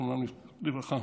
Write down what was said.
זכרם לברכה,